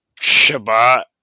Shabbat